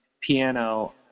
piano